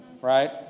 right